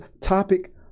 topic